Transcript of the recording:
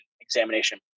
examination